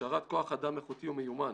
הכשרת כוח אדם איכותי ומיומן,